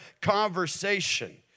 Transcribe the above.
conversation